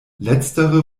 letztere